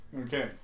Okay